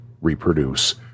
reproduce